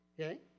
Okay